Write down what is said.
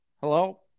Hello